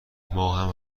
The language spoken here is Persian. ماهم